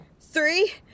three